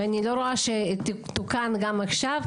ואני לא רואה שתוקנו גם עכשיו,